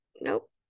Nope